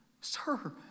sir